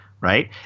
Right